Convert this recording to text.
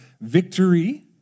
victory